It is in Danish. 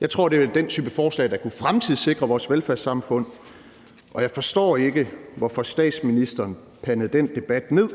Jeg tror, det er den type forslag, der ville kunne fremtidssikre vores velfærdssamfund, og jeg forstår ikke, hvorfor statsministeren pandede den debat ned.